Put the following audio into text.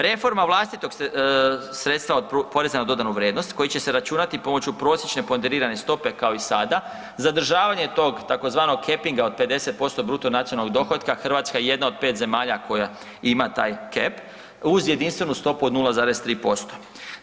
Reforma vlastitog sredstva od poreza na dodanu vrijednost koji će se računati pomoći prosječne ponderirane stope, kao i sada, zadržavanje tog, tzv. KEP-inga od 50% bruto nacionalnog dohotka, Hrvatska je jedna od 5 zemalja koja ima taj KEP, uz jedinstvenu stopu od 0,3%